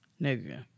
Nigga